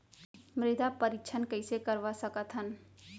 मृदा परीक्षण कइसे करवा सकत हन?